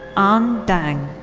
ang deng.